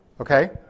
Okay